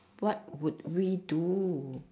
what would we do